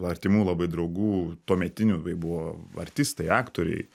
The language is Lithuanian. artimų labai draugų tuometinių buvo artistai aktoriai